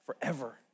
forever